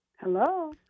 Hello